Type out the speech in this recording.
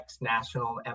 national